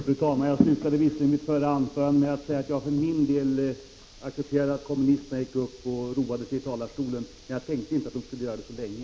Fru talman! Jag slutade visserligen mitt förra anförande med att säga att jag för min del accepterade att kommunisterna gick upp och roade sig i talarstolen, men jag tänkte inte att de skulle göra det så länge.